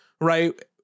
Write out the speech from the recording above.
right